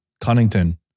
Cunnington